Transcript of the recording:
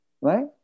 right